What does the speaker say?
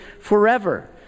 forever